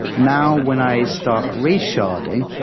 now, when i start resharding,